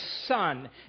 son